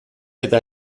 eta